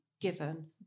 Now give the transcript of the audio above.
given